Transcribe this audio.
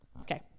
Okay